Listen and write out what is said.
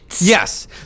Yes